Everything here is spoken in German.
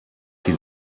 die